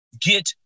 get